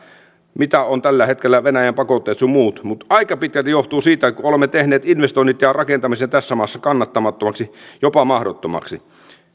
mitä ovat tällä hetkellä venäjän pakotteet sun muut mutta aika pitkälti johtuu siitä että me olemme tehneet investoinnit ja rakentamisen tässä maassa kannattamattomaksi jopa mahdottomaksi